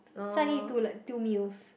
so I need two like two meals